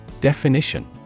Definition